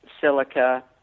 silica